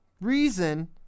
reason